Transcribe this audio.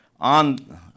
On